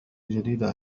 الجديدة